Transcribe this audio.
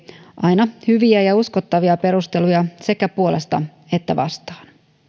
aina hyviä ja uskottavia perusteluja sekä puolesta että vastaan